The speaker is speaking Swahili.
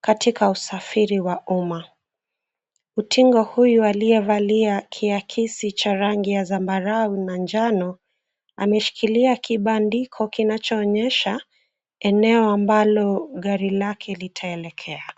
katika usafiri wa umma. Utingo huyu aliyevalia kiakisi cha rangi ya zambarau na njano ameshikilia kibandiko kinachoonyesha eneo ambalo gari lake litaelekea.